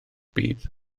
bydd